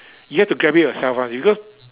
you have to grab it yourself one because